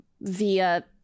via